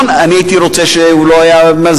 אני הייתי רוצה שהוא לא היה,